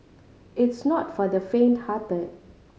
it's not for the fainthearted